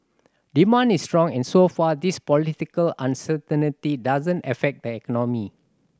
demand is strong and so far this political uncertain doesn't affect the economy